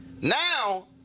now